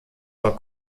vor